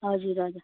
हजुर हजुर